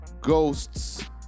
Ghosts